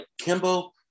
Kimbo